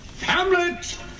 Hamlet